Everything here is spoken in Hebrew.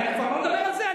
אני כבר לא מדבר על זה.